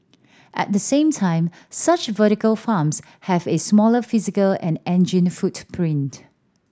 at the same time such vertical farms have a smaller physical and energy footprint